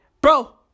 Bro